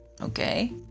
okay